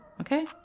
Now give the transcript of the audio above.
okay